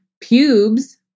pubes